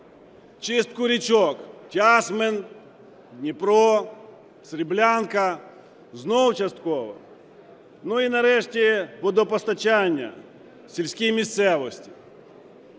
чистку річок: Тясмин, Дніпро, Сріблянка. Знов "частково". І нарешті водопостачання у сільській місцевості.